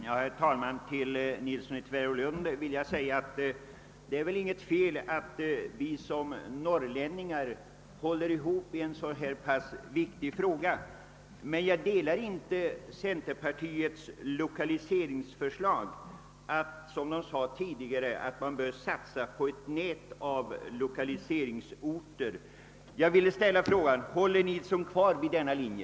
Herr talman! Till herr Nilsson i Tvärålund vill jag säga att det inte är något fel att vi som norrlänningar håller ihop i en så här pass viktig fråga. Men jag gillar inte centerpartiets lokaliseringsförslag, enligt vilket man, som sades tidigare, bör satsa på ett nät av lokaliseringsorter. Jag ställer frågan: Håller herr Nilsson fast vid denna linje?